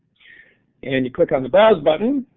and you click on the browse button.